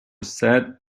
said